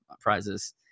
prizes